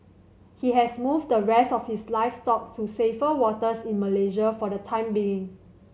he has moved the rest of his livestock to safer waters in Malaysia for the time being